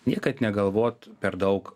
niekad negalvot per daug